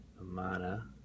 Amana